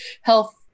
health